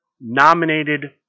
nominated